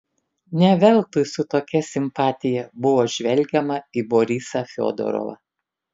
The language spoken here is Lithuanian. ne veltui su tokia simpatija buvo žvelgiama į borisą fiodorovą